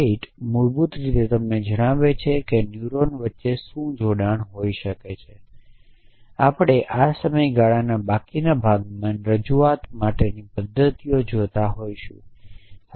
weight મૂળભૂત રીતે તમને જણાવે છે કે ન્યુરોન વચ્ચે શું જોડાણ છે આપણે આ સમયગાળાના બાકીના ભાગમાં રજૂઆત માટેની પદ્ધતિ જોતા હોઈશું